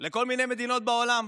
לכל מיני מדינות בעולם,